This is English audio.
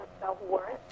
self-worth